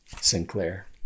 Sinclair